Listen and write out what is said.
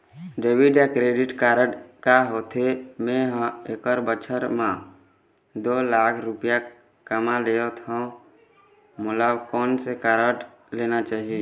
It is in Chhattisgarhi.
डेबिट या क्रेडिट कारड का होथे, मे ह एक बछर म दो लाख रुपया कमा लेथव मोला कोन से कारड लेना चाही?